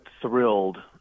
thrilled